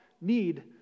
need